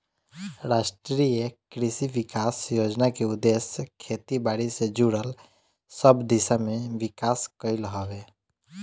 राष्ट्रीय कृषि विकास योजना के उद्देश्य खेती बारी से जुड़ल सब दिशा में विकास कईल हवे